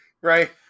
right